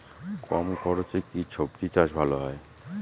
কম খরচে কি সবজি চাষ ভালো হয়?